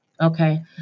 Okay